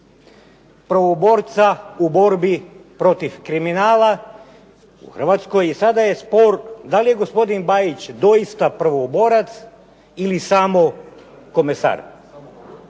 prvoborca u borbi protiv kriminala. U Hrvatskoj i sada je spor da li je gospodin Bajić doista prvoborac ili samo komesar.